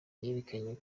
yerekeranye